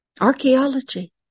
Archaeology